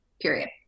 period